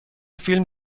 فیلم